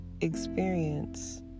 experience